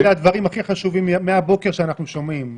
אלה הדברים הכי חשובים שאנחנו שומעים מהבוקר,